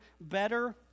better